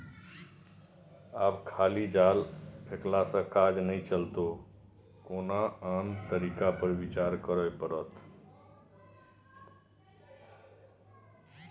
आब खाली जाल फेकलासँ काज नहि चलतौ कोनो आन तरीका पर विचार करय पड़त